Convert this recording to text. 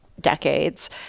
decades